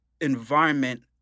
environment